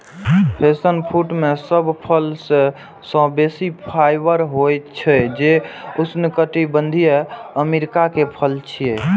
passion fruit मे सब फल सं बेसी फाइबर होइ छै, जे उष्णकटिबंधीय अमेरिका के फल छियै